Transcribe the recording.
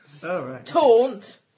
taunt